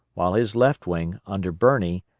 while his left wing, under birney,